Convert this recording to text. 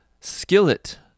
skillet